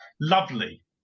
Lovely